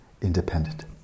independent